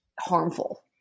harmful